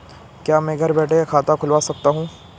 क्या मैं घर बैठे खाता खुलवा सकता हूँ?